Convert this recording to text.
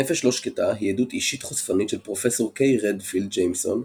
"נפש לא שקטה" היא עדות אישית חושפנית של פרופ' קיי רדפילד ג'יימסון,